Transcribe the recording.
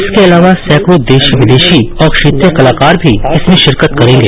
इसके अलावा सैकड़ों देशी विदेशी और क्षेत्रीय कलाकार भी इसमें रिरकत करेंगे